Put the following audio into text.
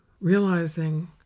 realizing